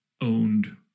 owned